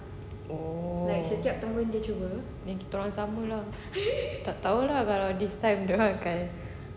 oh then kita orang sama lah tak tahu lah kalau this time dia orang akan